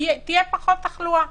תהיה פחות תחלואה,